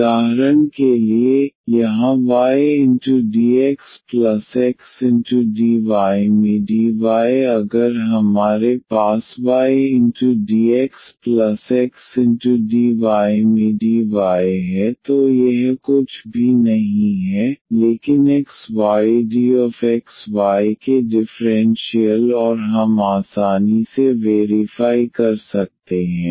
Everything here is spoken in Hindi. उदाहरण के लिए यहाँ ydxxdy dy अगर हमारे पास ydxxdy x dy है तो यह कुछ भी नहीं है लेकिन xy dxy के डिफ़्रेंशियल और हम आसानी से वेरीफाइ कर सकते हैं